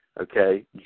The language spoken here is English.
okay